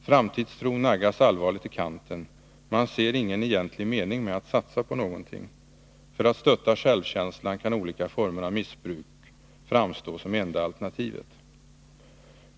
Framtidstron naggas allvarligt i kanten, man ser ingen egentlig mening med att satsa på någonting. När det gäller att stötta självkänslan kan olika former av missbruk framstå som enda alternativet.